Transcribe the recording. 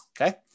okay